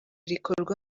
rikorwa